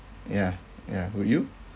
ya ya would you